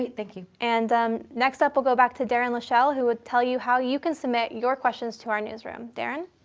thank you. and next up, we'll go back to darren lechelle who will tell you how you can submit your questions to our newsroom. darren.